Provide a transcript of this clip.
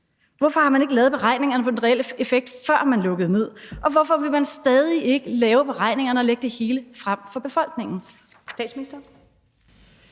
Hvorfor har man ikke lavet beregningerne på den reelle effekt, før man lukkede ned? Og hvorfor vil man stadig ikke lave beregningerne og lægge det hele frem for befolkningen?